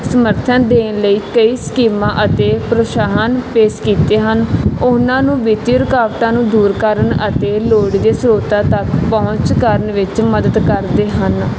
ਸਮਰਥਨ ਦੇਣ ਲਈ ਕਈ ਸਕੀਮਾਂ ਅਤੇ ਪ੍ਰੋਤਸਾਹਨ ਪੇਸ਼ ਕੀਤੇ ਹਨ ਉਹਨਾਂ ਨੂੰ ਵਿੱਤੀ ਰੁਕਾਵਟਾਂ ਨੂੰ ਦੂਰ ਕਰਨ ਅਤੇ ਲੋੜ ਦੇ ਸਰੋਤਾਂ ਤੱਕ ਪਹੁੰਚ ਕਰਨ ਵਿੱਚ ਮਦਦ ਕਰਦੇ ਹਨ